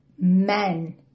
men